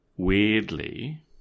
weirdly